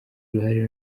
uruhare